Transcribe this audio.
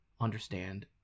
understand